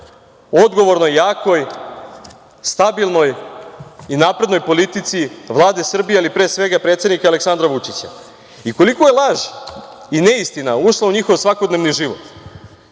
odgovornoj, jakoj, stabilnoj i naprednoj politici Vlade Srbije, ali pre svega predsednika Aleksandra Vučića. Koliko je laži i neistina ušlo u njihov svakodnevni život